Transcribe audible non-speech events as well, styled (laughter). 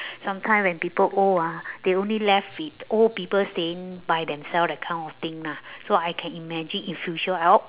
(breath) sometimes when people old ah they only left with old people staying by themselves that kind of thing lah so I can imagine in future I'll